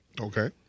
Okay